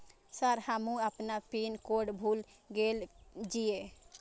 Sir हमू अपना pin code भूल गेल जीये?